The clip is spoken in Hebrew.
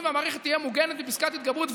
והמערכת תהיה מוגנת מפסקת ההתגברות,